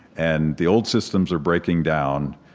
and the old systems are breaking down,